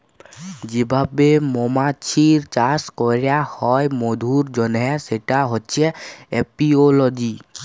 যে ভাবে মমাছির চাষ ক্যরা হ্যয় মধুর জনহ সেটা হচ্যে এপিওলজি